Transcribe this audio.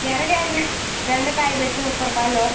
ఎర్రగడ్డలు బెండకాయలొచ్చి ముప్పై రూపాయలు